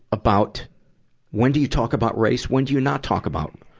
about when do you talk about race, when do you not talk about,